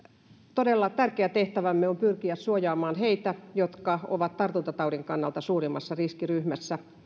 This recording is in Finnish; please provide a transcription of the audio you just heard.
todella tärkeä tehtävämme on pyrkiä suojaamaan heitä jotka ovat tartuntataudin kannalta suurimmassa riskiryhmässä